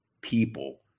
people